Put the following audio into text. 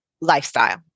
lifestyle